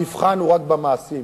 המבחן הוא רק במעשים,